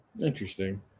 Interesting